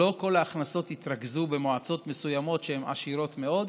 שלא כל ההכנסות יתרכזו במועצות מסוימות שהן עשירות מאוד,